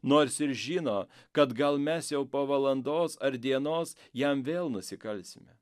nors ir žino kad gal mes jau po valandos ar dienos jam vėl nusikalsime